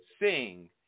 sing